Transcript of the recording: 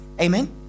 Amen